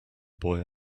boy